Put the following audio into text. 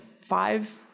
five